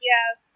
Yes